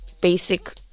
basic